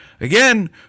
again